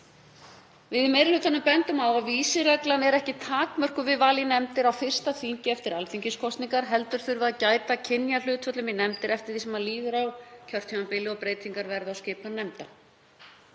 kyni. Meiri hlutinn bendir á að vísireglan er ekki takmörkuð við val í nefndir á fyrsta þingi eftir alþingiskosningar heldur þurfi að gæta að kynjahlutföllum í nefndir eftir því sem líður á kjörtímabilið og breytingar verða á skipan nefnda.